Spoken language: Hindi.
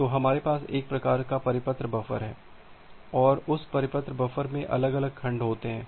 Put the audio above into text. तो हमारे पास एक प्रकार का परिपत्र बफर है और उस परिपत्र बफर में अलग अलग खंड होते हैं